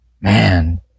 man